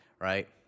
right